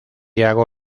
hago